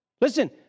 Listen